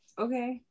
Okay